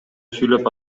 сүйлөп